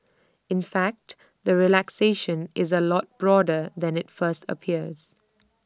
in fact the relaxation is A lot broader than IT first appears